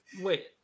wait